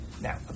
Now